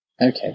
okay